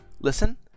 listen